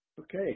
Okay